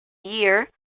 year